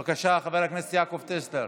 בבקשה, חבר הכנסת יעקב טסלר.